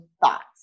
thoughts